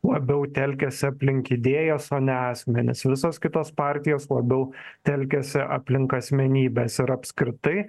labiau telkiasi aplink idėjas o ne asmenis visos kitos partijos labiau telkiasi aplink asmenybes ir apskritai